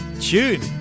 Tune